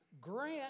grant